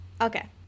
Okay